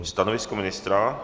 Stanovisko ministra?